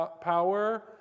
power